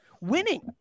winning